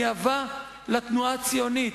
גאווה לתנועה הציונית.